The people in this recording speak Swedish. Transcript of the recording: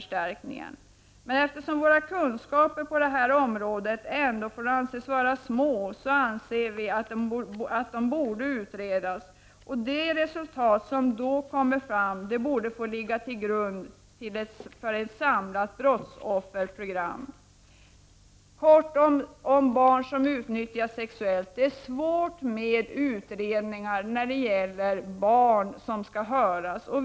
Eftersom kunskaperna på detta område får anses vara små, menar vi att dessa förhållanden borde utredas. Det resultat som då kommer fram borde få ligga till grund för ett samlat brottsofferprogram. Jag skall helt kort ta upp frågan om barn som utnyttjas sexuellt. Det är svårt att göra utredningar när det är barn som skall höras.